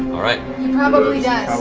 he probably does.